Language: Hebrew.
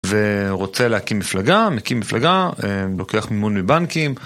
ורוצה להקים מפלגה, מקים מפלגה, לוקח מימון מבנקים.